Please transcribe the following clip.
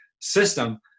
system